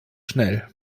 schnell